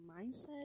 mindset